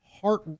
heart